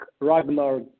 Ragnar